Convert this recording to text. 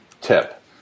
tip